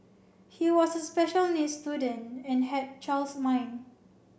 he was a special needs student and had child's mind